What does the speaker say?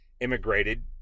immigrated